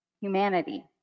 humanity